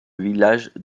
village